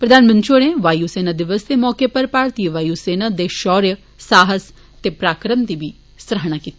प्रधानमंत्री होर वायु सेना दिवस दे मौके उप्पर भारतीय वायु सेना दे शौर्य साहस ते पराक्रम दी बी सराहना कीती